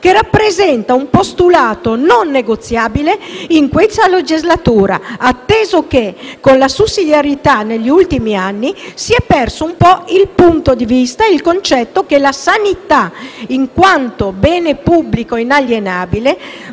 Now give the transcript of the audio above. che rappresenta un postulato non negoziabile in questa legislatura, atteso che, con la sussidiarietà, negli ultimi anni, si è perso un po' di vista il concetto che la sanità (in quanto bene pubblico inalienabile)